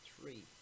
three